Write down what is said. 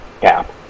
cap